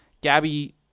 Gabby